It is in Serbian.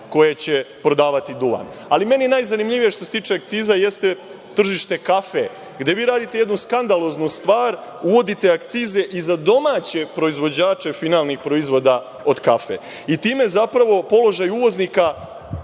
koje će prodavati duvan. Meni najzanimljivije što se tiče akciza, jeste tržište kafe, gde vi radite jednu skandaloznu stvar, uvodite akcize i za domaće proizvođače finalnih proizvoda od kafe i time zapravo, položaj uvoznika